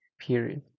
period